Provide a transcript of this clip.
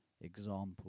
example